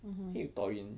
mmhmm